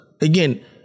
again